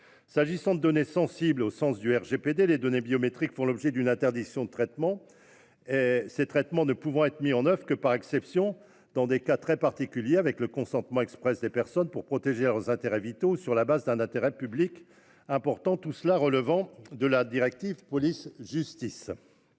comme des données « sensibles » au sens du RGPD, les données biométriques font l'objet d'une interdiction de traitement, lequel ne peut être mis en oeuvre que par exception, dans des cas très particuliers : avec le consentement exprès des personnes, pour protéger leurs intérêts vitaux ou sur la base d'un intérêt public important, comme le prévoit la directive relative à